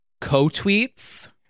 co-tweets